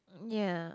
yeah